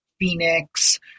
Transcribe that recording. Phoenix